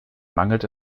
mangelt